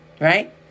Right